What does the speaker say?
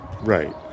Right